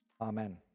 Amen